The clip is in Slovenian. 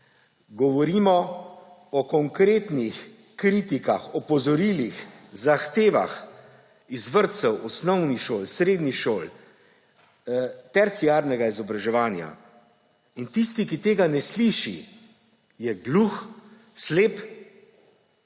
govorimo o konkretnih kritikah, opozorilih, zahtevah iz vrtcev, osnovnih šol, srednjih šol, terciarnega izobraževanja. Tisti, ki tega ne sliši, je gluh, slep